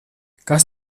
kas